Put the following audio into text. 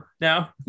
now